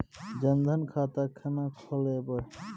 जनधन खाता केना खोलेबे?